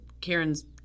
Karen's